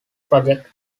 project